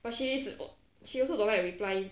but she she she also don't like reply